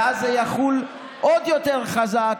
ואז זה יחול עוד יותר חזק,